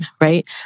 right